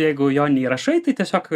jeigu jo neįrašai tai tiesiog